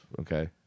Okay